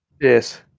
Yes